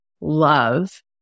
love